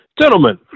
gentlemen